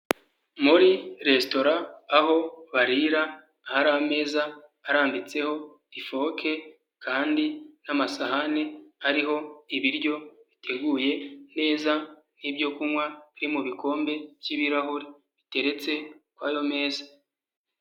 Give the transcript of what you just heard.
Muri resitora aho barira hari ameza arambitseho ifoke kandi n'amasahani, hariho ibiryo biteguye neza hariho n'ibyo kunywa biri mu bikombe by'ibirahure biteretse kw'ayo meza.